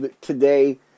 today